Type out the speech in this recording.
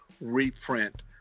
reprint